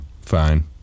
fine